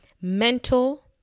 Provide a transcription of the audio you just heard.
mental